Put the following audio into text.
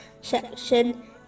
section